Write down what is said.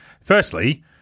firstly